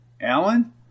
Alan